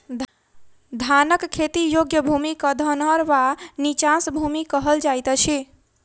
धानक खेती योग्य भूमि क धनहर वा नीचाँस भूमि कहल जाइत अछि